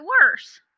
worse